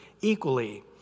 equally